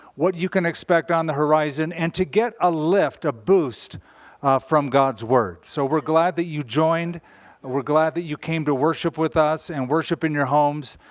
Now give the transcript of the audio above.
what you can expect on the horizon, and to get a lift, a boost from god's word. so we're glad that you joined we're glad that you came to worship with us and worship in your homes.